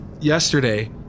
yesterday